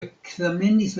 ekzamenis